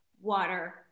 water